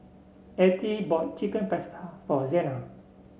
Ethie bought Chicken Pasta for Zena